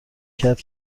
کرد